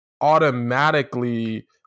automatically